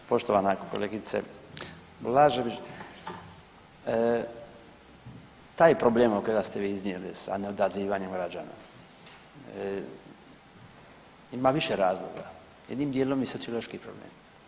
Poštovana kolegice Blažević, taj problem kojega ste vi iznijeli sa neodazivanjem građana ima više razloga jednim dijelom je i sociološki problem.